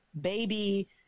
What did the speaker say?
baby